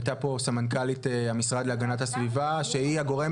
הייתה פה סמנכ"לית המשרד להגנת הסביבה שהיא הגורם